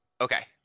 Okay